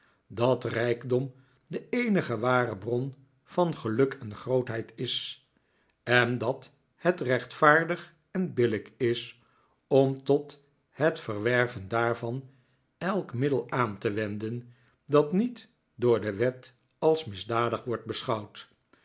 dat rijkdom de eenige ware bron van geluk en grootheid is en dat het rechtvaardig en billijk is om tot het verwerven daarvan elk middel aan te wenden dat niet door de wet als misdadig wordt beschouwd